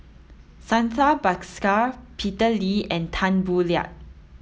Santha Bhaskar Peter Lee and Tan Boo Liat